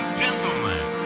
gentlemen